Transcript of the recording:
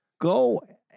go